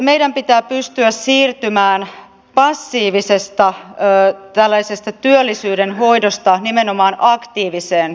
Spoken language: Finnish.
meidän pitää pystyä siirtymään passiivisesta tällaisesta työllisyyden hoidosta nimenomaan aktiiviseen suuntaan